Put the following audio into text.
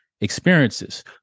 Experiences